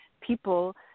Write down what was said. people